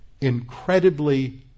incredibly